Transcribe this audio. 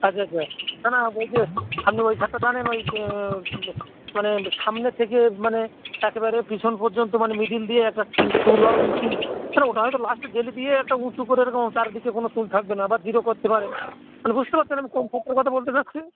আচ্ছা আচ্ছা না না ওই যে আপনি ওই ছাঁটটা জানেন ওই মানে সামনে থেকে মানে একেবারে পিছন পর্যন্ত মানে মিড্ল দিয়ে একটা চুল উঁচু মানে ওটা হয়তো লাস্টে জেল দিয়ে একটা উঁচু করে এরকম চারিদিকে কোনও চুল থাকবে না বা জিরো করতে পারেন মানে বুঝতে পারছেন আমি কোন ছাঁটটার কথা বলতে চাচ্ছি